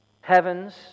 heaven's